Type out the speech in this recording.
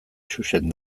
xuxen